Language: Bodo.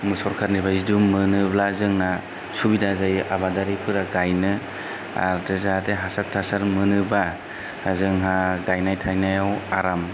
सरखारनिफ्राय जों मोनोब्ला जोंना सुबिदा जायो आबादारिफोरा गायनो आमफ्राय जाहाथे हासार थासार मोनोब्ला जोंहा गायनाय थायनायाव आराम